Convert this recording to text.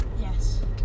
Yes